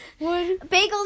Bagels